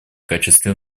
качестве